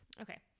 Okay